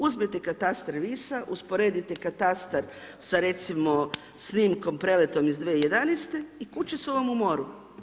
Uzmete katastar Visa, usporedite katastar sa, recimo, snimkom preletom iz 2011.-te i kuće su vam u moru.